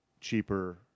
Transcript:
cheaper